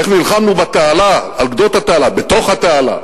איך נלחמנו בתעלה, על גדות התעלה, בתוך התעלה,